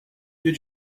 you